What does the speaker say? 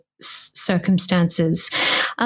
circumstances